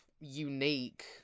unique